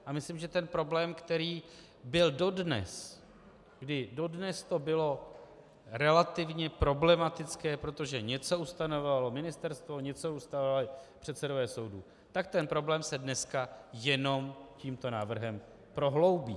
A myslím, že ten problém, který byl dodnes, kdy dodnes to bylo relativně problematické, protože něco ustanovovalo ministerstvo, něco ustanovovali předsedové soudů, tak ten problém se dneska jenom tímto návrhem prohloubí.